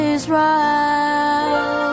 Israel